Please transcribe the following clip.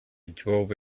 drove